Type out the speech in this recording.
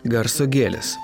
garso gėlės